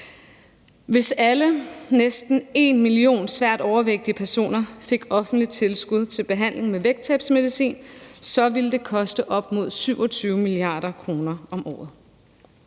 Hvis alle de næsten 1 million svært overvægtige personer fik offentligt tilskud til behandling med vægttabsmedicin, ville det koste op mod 27 mia. kr. om året